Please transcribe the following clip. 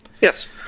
Yes